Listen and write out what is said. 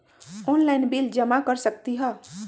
Online bill जमा कर सकती ह?